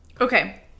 Okay